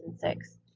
six